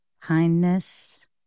kindness